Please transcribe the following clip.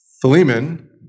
Philemon